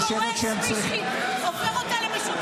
כשבן אדם דורס מישהי והופך אותה למשותקת ולא עוצרים אותו.